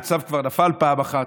הצו כבר נפל פעם אחת,